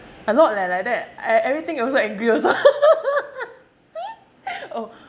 a lot leh like that I everything also angry also oh